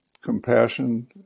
compassion